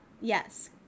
yes